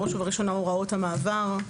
בראש ובראשונה הוראות המעבר.